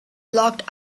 locked